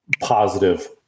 positive